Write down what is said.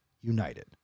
United